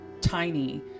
tiny